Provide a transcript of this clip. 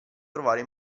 trovare